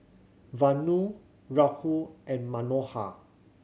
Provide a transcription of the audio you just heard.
Vanu Rahul and Manohar